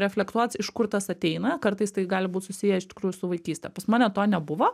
reflektuot iš kur tas ateina kartais tai gali būt susiję iš tikrųjų su vaikyste pas mane to nebuvo